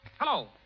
Hello